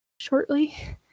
shortly